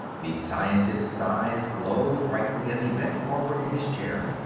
the scientist's eyes glowed brightly as he bent forward in his chair.